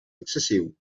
excessiu